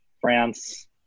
France